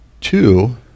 two